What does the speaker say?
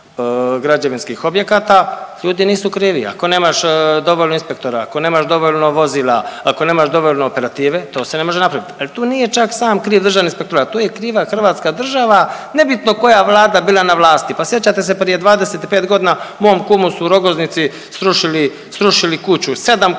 građevinskih objekata. Ljudi nisu krivi, ako nemaš dovoljno inspektora, ako nemaš dovoljno vozila, ako nemaš dovoljno operative to se ne može napraviti. Ali tu nije čak sam kriv Državni inspektorat, tu je kriva hrvatska država nebitno koja vlada bila na vlasti, pa sjećate se prije 25 godina mom kumu su u Rogoznici srušili, srušili kuću.